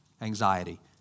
anxiety